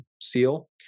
seal